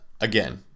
again